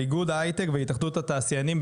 איגוד ההייטק והתאחדות התעשיינים,